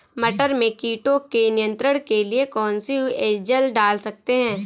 मटर में कीटों के नियंत्रण के लिए कौन सी एजल डाल सकते हैं?